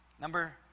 Number